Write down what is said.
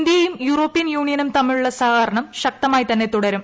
ഇന്ത്യയും യൂറോപ്യൻ യൂണിയനും തമ്മിലുള്ള സഹകരണം ശക്തമായി തന്നെ തുടരും